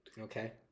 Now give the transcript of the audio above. Okay